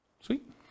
Sweet